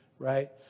right